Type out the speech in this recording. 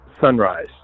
Sunrise